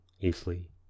easily